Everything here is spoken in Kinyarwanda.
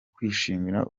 kwishimira